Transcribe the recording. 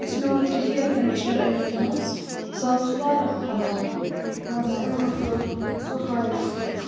یُس مےٚ اوترٕ ہَِیر کنٛڈٕشِنر انے نہَ حظ سُہ حظ اوس واریاہ خراب مےٚ حظ اوس اَمہِ برٛونٛہہ تہِ اونمتھ سُہ اوس واریاہ اَصٕل